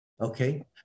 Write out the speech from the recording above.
Okay